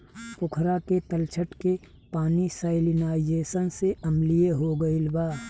पोखरा के तलछट के पानी सैलिनाइज़ेशन से अम्लीय हो गईल बा